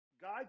God